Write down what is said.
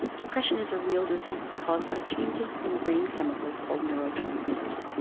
depression is a real disease, caused by changes in brain chemicals called neurotransmitters.